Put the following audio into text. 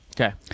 Okay